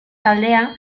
taldea